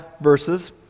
verses